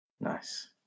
Nice